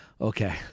okay